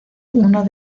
uno